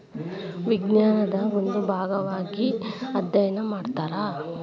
ವಿಜ್ಞಾನದ ಒಂದು ಭಾಗಾ ಆಗಿ ಅದ್ಯಯನಾ ಮಾಡತಾರ